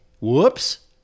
Whoops